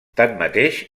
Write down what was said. tanmateix